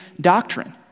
doctrine